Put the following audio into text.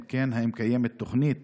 2. אם כן, האם קיימת תוכנית